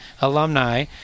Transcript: alumni